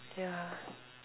yeah